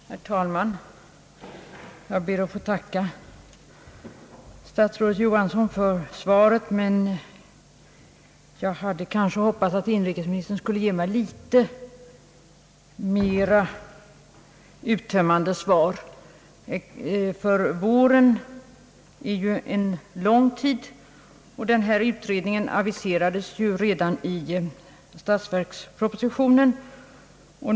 Herr talman! Jag ber att få tacka statsrådet Johansson för svaret, men jag hade kanske hoppats att inrikesministern skulle ge mig ett något mer uttömmande besked. Våren är ju lång, och den här utredningen aviserades redan i statsverkspropositionen.